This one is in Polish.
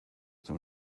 tym